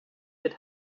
mit